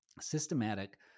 systematic